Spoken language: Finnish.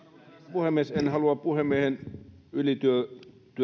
puhemies en halua puhemiehen ylityötä